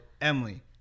emily